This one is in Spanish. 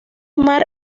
mar